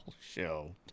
show